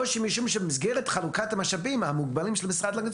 או שמשום שבמסגרת חלוקת המשאבים המוגבלים של המשרד להגנת